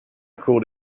cooled